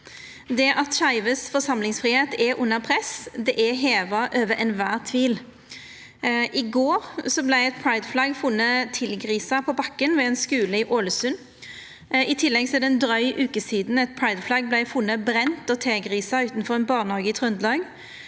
Det at skeive sin forsamlingsfridom er under press, er heva over ein kvar tvil. I går vart eit prideflagg funne tilgrisa på bakken ved ein skule i Ålesund. I tillegg er det ei dryg veke sidan eit prideflagg vart funne brent og tilgrisa utanfor ein barnehage i Trøndelag.